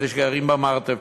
אלה שגרים במרתפים,